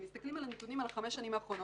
כשמסתכלים על הנתונים על החמש השנים האחרונות